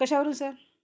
कशावर सर